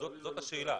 זאת השאלה,